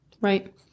Right